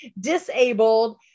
disabled